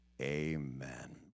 Amen